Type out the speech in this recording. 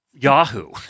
Yahoo